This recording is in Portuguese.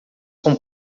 com